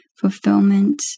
fulfillment